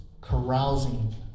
carousing